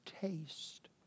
Taste